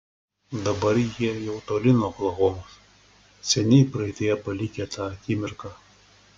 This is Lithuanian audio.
dabar jie jau toli nuo oklahomos seniai praeityje palikę tą akimirką